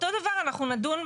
אותו דבר אנחנו נדון,